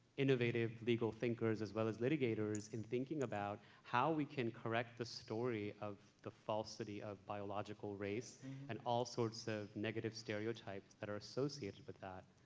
innovative legal thinkers as well as litigators in thinking about how we can correct the story of the falsity of biological race and all sorts of negative stereotypes that are associated with that?